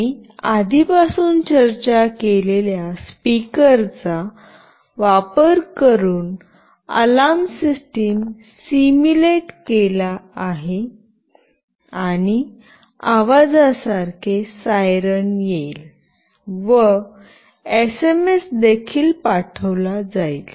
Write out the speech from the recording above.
आम्ही आधीपासून चर्चा केलेल्या स्पीकरचा वापर करून अलार्म सिस्टम सिम्युलेट केले आहे आणि आवाजासारखे सायरन येईल व एसएमएस देखील पाठविला जाईल